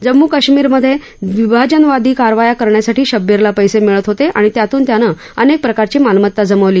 जम्मू आणि कश्मीरमधे विभाजनवादी कारवाया करण्यासाठी शब्बीरला पैसे मिळत होते आणि त्यातून त्याने अनेक प्रकारची मालमत्ता जमवली